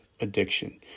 addiction